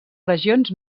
regions